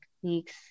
techniques